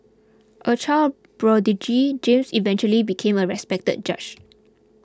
a child prodigy James eventually became a respected judge